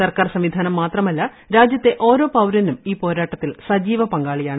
സർക്കാർ സംവിധാനം മാത്രമല്ല രാജ്യത്തെ ഓരോ പൌരനും ഈ പോരാട്ടത്തിൽ സജീവ പങ്കാളിയാണ്